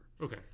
Okay